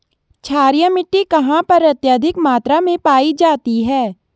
क्षारीय मिट्टी कहां पर अत्यधिक मात्रा में पाई जाती है?